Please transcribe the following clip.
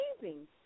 amazing